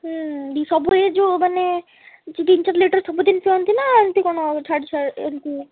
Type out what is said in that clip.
ହୁଁ ସବୁ ଦିନ ଯେଉଁ ମାନେ ତିନ ଚାର ଲିଟର୍ ସବୁ ଦିନ ପିଅନ୍ତି ନା ଏମିତି କ'ଣ ଛାଡ଼ି ଛାଡ଼ି ଏମିତି